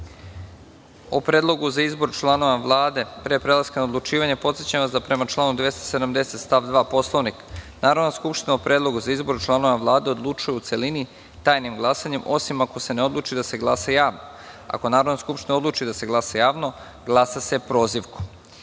o Predlogu za izbor članova Vlade, pre prelaska na odlučivanje, podsećam vas da prema članu 270. stav 2. Poslovnika Narodna skupština o Predlogu za izbor članova Vlade odlučuje u celini, tajnim glasanjem, osim ako se ne odluči da se glasa javno. Ako Narodna skupština odluči da se glasa javno glasa se